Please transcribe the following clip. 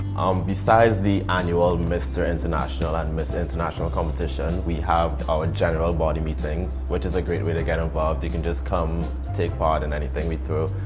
um besides the annual mr. international and miss international competition, we have our general body meetings, which is a great way to get involved. you can just come, take part in anything we throw.